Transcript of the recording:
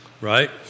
Right